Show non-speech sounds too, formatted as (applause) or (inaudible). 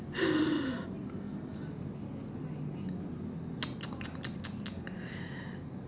(noise)